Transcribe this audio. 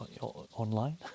online